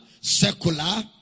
secular